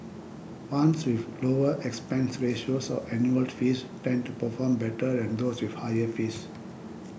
funds with lower expense ratios or annual fees tend to perform better than those with higher fees